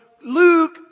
Luke